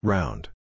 Round